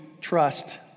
trust